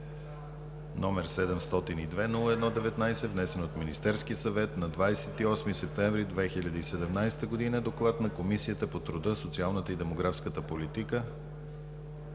№ 702-01-19, внесен от Министерски съвет на 28 септември 2017 г. Комисията по труда, социалната и демографската политика